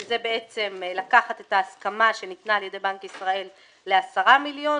שזה בעצם לקחת את ההסכמה שניתנה על ידי בנק ישראל ל-10 מיליארד,